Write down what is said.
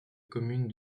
commune